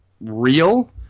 real